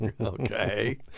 Okay